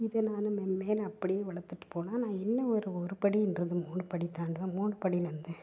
இதை நானு மென்மேலும் அப்படியே வளர்த்துட்டு போனால் நான் இன்னும் ஒரு ஒரு படின்றதை ஒரு படி தாண்டுவோம் மூணு படிலேருந்து